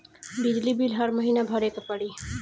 बिजली बिल हर महीना भरे के पड़ी?